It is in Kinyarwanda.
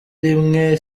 rimwe